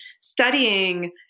studying